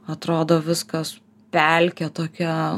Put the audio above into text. atrodo viskas pelkė tokia